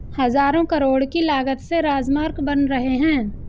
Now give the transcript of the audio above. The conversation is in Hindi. हज़ारों करोड़ की लागत से राजमार्ग बन रहे हैं